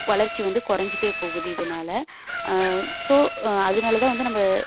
வளர்ச்சி வந்து குறைஞ்சிட்டே போகுது இதனால ஸோ அதனால் தான் வந்து நம்ம